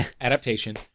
adaptation